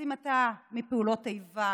אז אם אתה מפעולות איבה